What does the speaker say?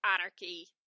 anarchy